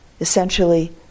essentially